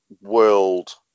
world